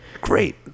great